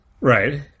Right